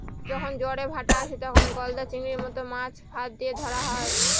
যখন জোয়ারের ভাঁটা আসে, তখন গলদা চিংড়ির মত মাছ ফাঁদ দিয়ে ধরা হয়